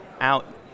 out